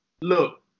Look